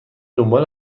دنبال